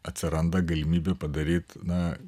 atsiranda galimybių padaryt na